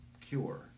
cure